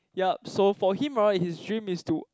yup so for him right his dream is to